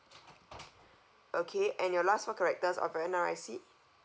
okay and your last four characters of your N_R_I_C